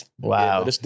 Wow